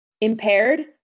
impaired